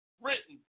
written